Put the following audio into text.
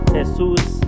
Jesus